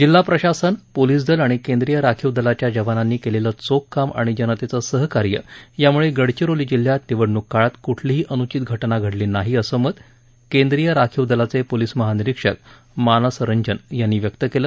जिल्हा प्रशासन पोलीस दल आणि केंद्रीय राखीव दलाच्या जवानांनी केलेलं चोख काम आणि जनतेचं सहकार्य यामुळे गडघिरोली जिल्ह्यात निवडणूक काळात कुठलीही अनूचित घटना घडली नाही असं मत केंद्रीय राखीव दलाचे पोलीस महानिरिक्षक मानस रंजन यांनी व्यक्त केलं